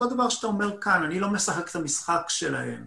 עוד דבר שאתה אומר כאן, אני לא משחק את המשחק שלהם.